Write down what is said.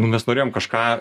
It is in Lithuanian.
nu mes norėjom kažką